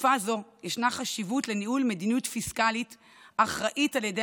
בתקופה זו ישנה חשיבות לניהול מדיניות פיסקלית אחראית על ידי